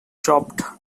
chopped